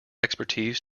expertise